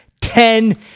Ten